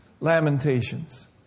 Lamentations